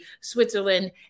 Switzerland